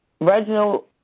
Reginald